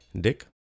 Dick